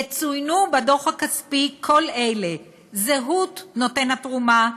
יצוינו בדוח הכספי כל אלה: זהות נותן התרומה,